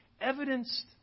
evidenced